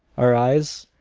our eyes,